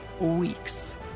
weeks